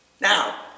Now